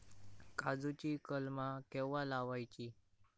काजुची कलमा केव्हा लावची?